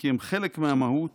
וכי הם חלק מהמהות